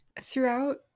Throughout